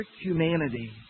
humanity